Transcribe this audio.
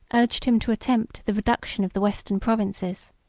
urged him to attempt the reduction of the western provinces.